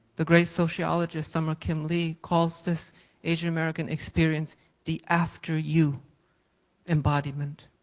the great sociologist, summer kim lee, calls this asian american experience the after you embodiment,